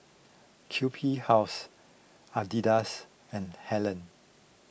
Q B House Adidas and Helen